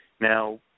Now